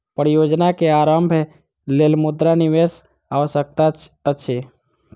परियोजना के आरम्भक लेल मुद्रा निवेशक आवश्यकता अछि